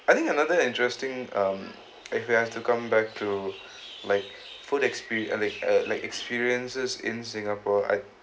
I think another interesting um if you have to come back to like food expe~ uh like uh like experiences in singapore I